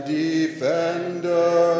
defender